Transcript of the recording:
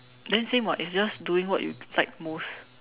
then same [what] it's just doing what you like most